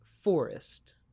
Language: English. forest